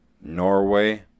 Norway